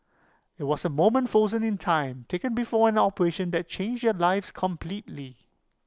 IT was A moment frozen in time taken before an operation that changed their lives completely